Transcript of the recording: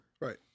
Right